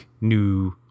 new